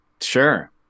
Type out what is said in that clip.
sure